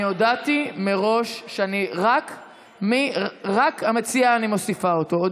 אני הודעתי מראש שרק המציע, אני מוסיפה אותו.